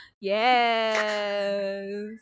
Yes